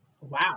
Wow